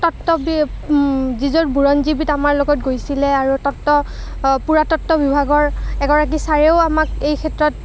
তত্ববি যিজন বুৰঞ্জীবিদ আমাৰ লগত গৈছিলে আৰু তত্ব পূৰাতত্ব বিভাগৰ এগৰাকী ছাৰেও আমাক এইক্ষেত্ৰত